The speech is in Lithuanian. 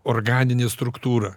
organinė struktūra